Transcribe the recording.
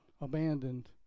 abandoned